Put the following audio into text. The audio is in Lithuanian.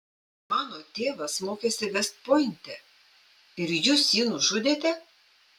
mano tėvas mokėsi vest pointe ir jūs jį nužudėte